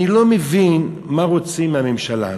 אני לא מבין מה רוצים מהממשלה הזו.